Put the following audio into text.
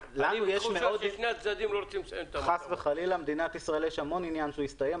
למדינת ישראל יש המון עניין שיסתיים.